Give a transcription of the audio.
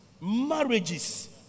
marriages